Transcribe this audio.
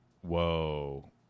Whoa